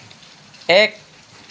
এক